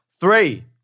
Three